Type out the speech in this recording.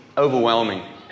overwhelming